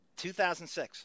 2006